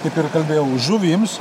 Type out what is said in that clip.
kaip ir kalbėjau žuvims